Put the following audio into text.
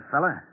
Fella